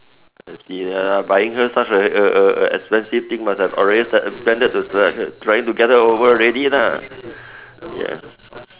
I see ah buying her such a a a a expensive thing must have already sel~ planned to select her trying to get her over already lah